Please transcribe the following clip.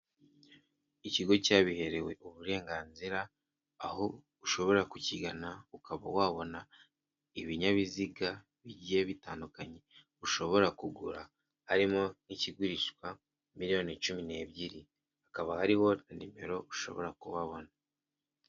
Ikigo cyabiherewe uburenganzira aho ushobora kukigana ukaba wabona ibinyabiziga bigiye bitandukanye, ushobora kugura harimo ikigurishwa miliyoni cumi n'ebyiri, hakaba hari ho nimero ushobora kubabona.